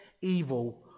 evil